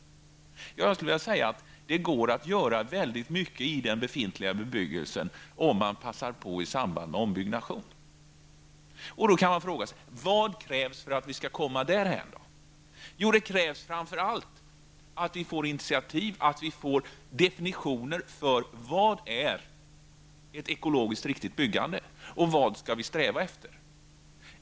Jag skulle vilja säga att det går att göra väldigt mycket i den befintliga bebyggelsen om man gör det i samband med ombyggnation. Då kan man fråga sig: Vad krävs för att vi skall komma dithän? Jo, det krävs framför allt att det tas initiativ och att vi får defenitioner för vad ett ekologiskt riktigt byggande är och vad vi skall sträva efter.